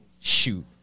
Shoot